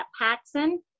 Paxson